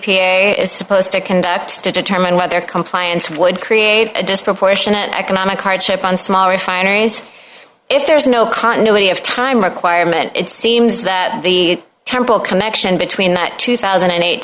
is supposed to conduct to determine whether compliance would create a disproportionate economic hardship on small refineries if there is no continuity of time requirement it seems that the temple connection between the two thousand and eight